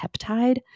peptide